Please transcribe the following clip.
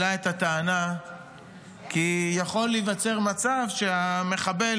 העלה את הטענה שיכול להיווצר מצב שהמחבל